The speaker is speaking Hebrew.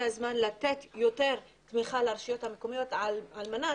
זה הזמן לתת יותר תמיכה לרשויות המקומיות על מנת